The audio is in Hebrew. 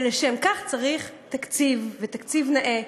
ולשם כך צריך תקציב, ותקציב נאה.